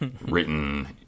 written